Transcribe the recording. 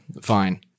fine